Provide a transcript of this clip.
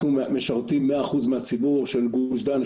אנחנו משרתים 100% מהציבור של גוש דן.